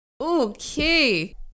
Okay